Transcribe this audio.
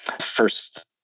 first